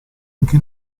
anche